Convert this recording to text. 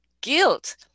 guilt